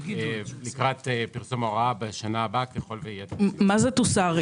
לקראת פרסום הוראה בשנה הבאה ככל שתהיה- -- מה זה תוסר?